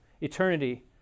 eternity